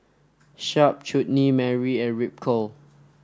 Sharp Chutney Mary and Ripcurl